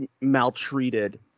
maltreated